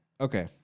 Okay